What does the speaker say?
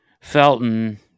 Felton